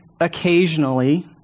occasionally